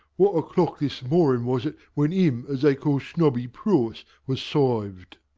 wot o'clock this morrun was it wen im as they call snobby prawce was sived?